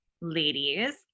ladies